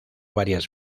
varias